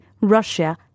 Russia